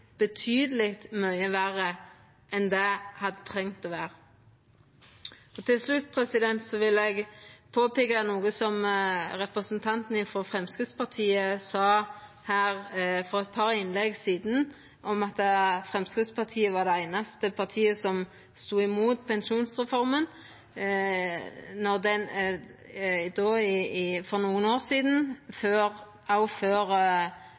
betydeleg mykje verre enn han hadde trengt å vera. Til slutt vil eg påpeika noko som representanten frå Framstegspartiet sa for eit par innlegg sidan, om at Framstegspartiet var det einaste partiet som stod imot pensjonsreforma då ho for nokre år sidan,